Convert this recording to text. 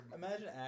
imagine